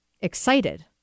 excited